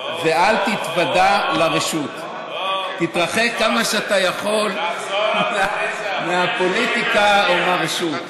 ואל תתוודע לרשות"; תתרחק כמה שאתה יכול מהפוליטיקה ומהרשות.